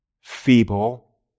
feeble